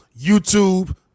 YouTube